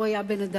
הוא היה בן-אדם.